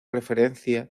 referencia